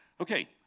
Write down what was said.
Okay